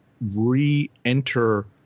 re-enter